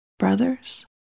brothers